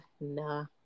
nah